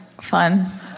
fun